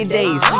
days